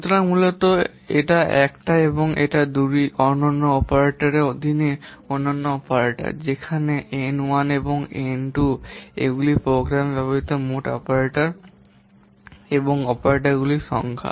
সুতরাং মূলত এটা 1 এবং এটা 2 হল অনন্য অপারেটরের অধীনে অনন্য অপারেটর যেখানে N 1 এবং N 2 এগুলি প্রোগ্রামে ব্যবহৃত মোট অপারেটর এবং অপারেটরগুলির সংখ্যা